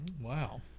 Wow